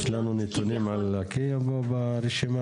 יש לנו נתונים על לקיה פה ברשימה?